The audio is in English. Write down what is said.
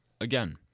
Again